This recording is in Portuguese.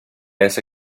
essa